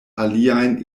aliajn